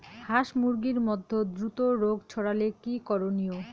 হাস মুরগির মধ্যে দ্রুত রোগ ছড়ালে কি করণীয়?